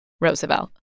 Roosevelt